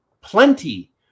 plenty